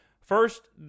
First